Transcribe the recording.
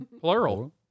Plural